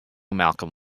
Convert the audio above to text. malcolm